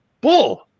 Bull